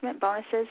Bonuses